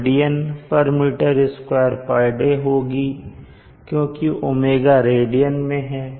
Hot की unit यहां kWradianm2day होगी क्योंकि ω रेडियन में है